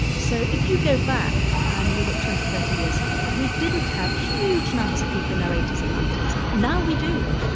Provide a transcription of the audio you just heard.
so if you go back and you look twenty, thirty years ago, we didn't have huge numbers of people in their eighty s and ninety s. now we do,